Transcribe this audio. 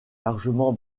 largement